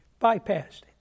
bypassed